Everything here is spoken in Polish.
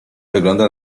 wygląda